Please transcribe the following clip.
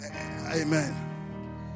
amen